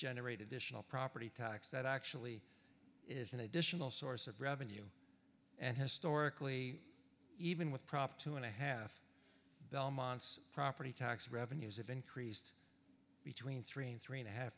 generate additional property tax that actually is an additional source of revenue and historically even with prop two and a half belmont's property tax revenues have increased between three and three and a half